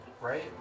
right